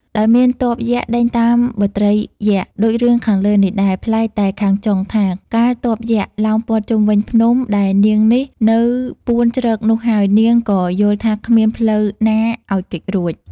ដោយមានទ័ពយក្ខដេញតាមចាប់បុត្រីយក្ខ ដូចរឿងខាងលើនេះដែរ ប្លែកតែខាងចុងថា កាលទ័ពយក្ខ ឡោមព័ទ្ធជុំវិញភ្នំ ដែលនាងនេះនៅពួនជ្រកនោះហើយ នាងក៏យល់ថាគ្មានផ្លូវណាឲ្យគេចរួច។